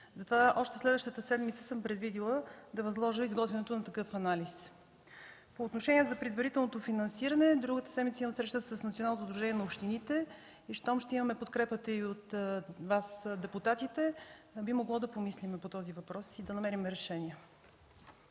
още следващата седмица да възложа изготвянето на такъв анализ. По отношение за предварителното финансиране, другата седмица имам среща с Националното сдружение на общините. След като ще имаме подкрепата и от Вас депутатите, би могло да помислим по този въпрос и да намерим решение.